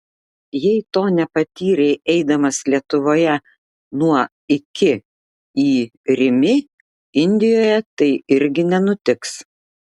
jei to nepatyrei eidamas lietuvoje nuo iki į rimi indijoje tai irgi nenutiks